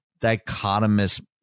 dichotomous